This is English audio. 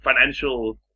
financial